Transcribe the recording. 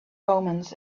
omens